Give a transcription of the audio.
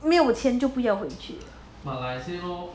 没有钱就不要回去